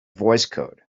voicecode